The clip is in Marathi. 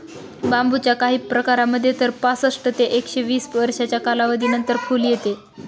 बांबूच्या काही प्रकारांमध्ये तर पासष्ट ते एकशे वीस वर्षांच्या कालावधीनंतर फुल येते